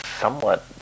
somewhat